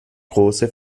große